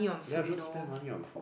ya don't spend money on food